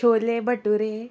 chole bhature